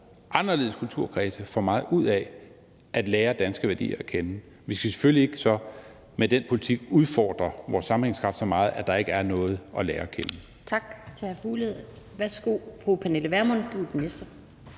anderledes kulturkredse, får meget ud af at lære danske værdier at kende. Vi skal selvfølgelig så ikke med den politik udfordre vores sammenhængskraft så meget, at der ikke er noget at lære at kende.